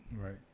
Right